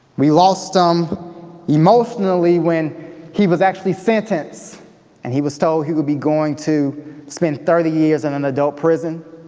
we lost him um emotionally when he was actually sentenced and he was told he would be going to spend thirty years in an adult prison.